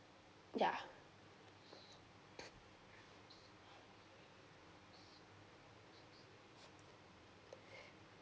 ya